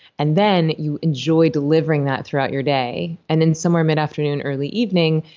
and then you enjoy delivering that throughout your day and then somewhere mid-afternoon, early evening,